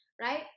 right